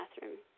bathroom